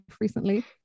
recently